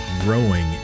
growing